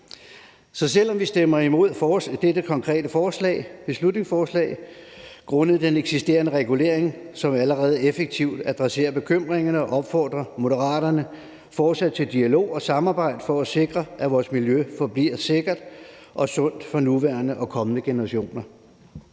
Så selv om vi stemmer imod dette konkrete beslutningsforslag grundet den eksisterende regulering, som allerede effektivt adresserer bekymringerne, opfordrer Moderaterne til fortsat dialog og samarbejde for at sikre, at vores miljø forbliver sikkert og sundt for nuværende og kommende generationer.